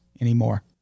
anymore